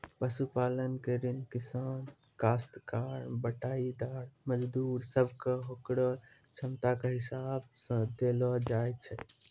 पशुपालन के ऋण किसान, कास्तकार, बटाईदार, मजदूर सब कॅ होकरो क्षमता के हिसाब सॅ देलो जाय छै